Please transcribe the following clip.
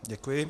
Děkuji.